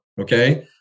okay